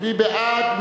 מי בעד?